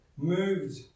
moved